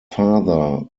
father